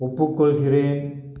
ஒப்புக்கொள்கிறேன்